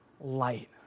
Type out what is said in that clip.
light